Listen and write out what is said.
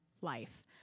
life